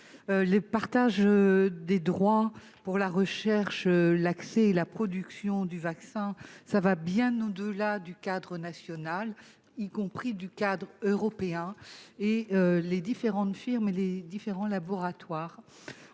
du partage des droits pour la recherche, l'accès et la production du vaccin va bien au-delà des cadres national et européen. Les différentes firmes et les différents laboratoires